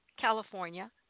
California